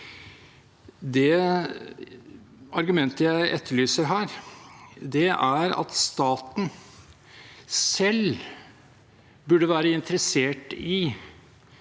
Det argumentet jeg etterlyser her, er at staten selv burde være interessert i